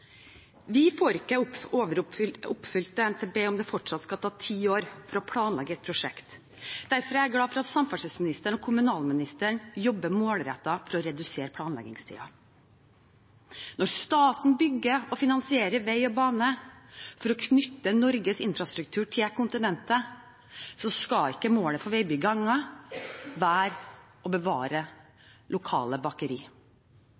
Vi får ikke oppfylt NTP om det fortsatt skal ta ti år å planlegge et prosjekt. Derfor er jeg glad for at samferdselsministeren og kommunalministeren jobber målrettet for å redusere planleggingstiden. Når staten bygger og finansierer vei og bane for å knytte Norges infrastruktur til kontinentet, skal ikke målet for veibyggingen være å bevare